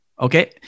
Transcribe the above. Okay